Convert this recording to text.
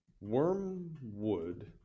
Wormwood